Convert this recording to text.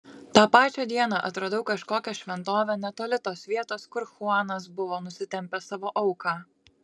tą pačią dieną atradau kažkokią šventovę netoli tos vietos kur chuanas buvo nusitempęs savo auką